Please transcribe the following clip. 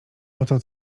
oto